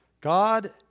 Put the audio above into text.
God